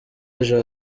ejo